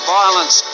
violence